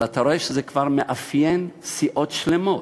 אבל אתה רואה שזה כבר מאפיין סיעות שלמות,